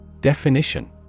Definition